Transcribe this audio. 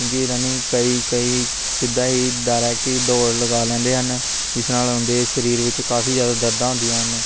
ਕਿਉਂਕਿ ਰਨਿੰਗ ਕਈ ਕਈ ਸਿੱਧਾ ਹੀ ਡਾਇਰੈਕਟ ਹੀ ਦੌੜ ਲਗਾ ਲੈਂਦੇ ਹਨ ਜਿਸ ਨਾਲ ਉਹਨਾਂ ਦੇ ਸਰੀਰ ਵਿੱਚ ਕਾਫੀ ਜ਼ਿਆਦਾ ਦਰਦਾਂ ਹੁੰਦੀਆਂ ਹਨ